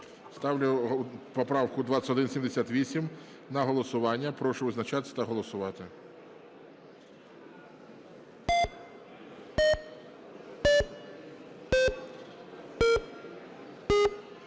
Ставлю поправку 2178 на голосування. Прошу визначатися та голосувати.